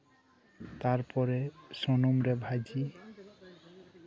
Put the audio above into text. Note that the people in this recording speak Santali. ᱛᱟᱨ ᱯᱚᱨᱮ ᱥᱩᱱᱩᱢᱨᱮ ᱵᱷᱟᱹᱡᱤ